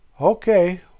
Okay